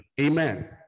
amen